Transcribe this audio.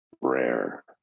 rare